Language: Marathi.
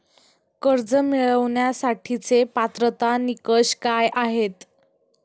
कर्ज मिळवण्यासाठीचे पात्रता निकष काय आहेत?